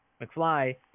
McFly